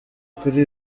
kuri